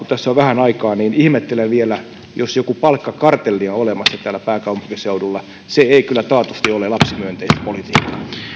tässä on vähän aikaa niin ihmettelen vielä jos joku palkkakartelli on olemassa täällä pääkaupunkiseudulla se ei kyllä taatusti ole lapsimyönteistä politiikkaa